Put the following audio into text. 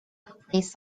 place